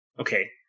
Okay